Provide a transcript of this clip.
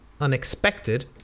unexpected